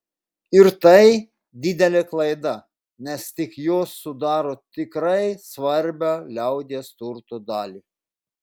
ir tai didelė klaida nes tik jos sudaro tikrai svarbią liaudies turto dalį